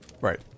right